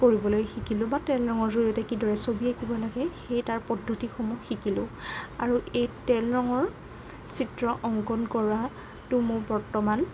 কৰিবলৈ শিকিলোঁ বা তেল ৰঙৰ জড়িয়তে কিদৰে ছবি আকিব লাগে সেই তাৰ পদ্ধতিসমূহ শিকিলোঁ আৰু এই তেল ৰঙৰ চিত্ৰ অংকণ কৰাতো মোৰ বৰ্তমান